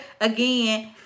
again